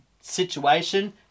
situation